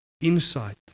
insight